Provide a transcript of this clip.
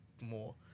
more